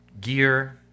gear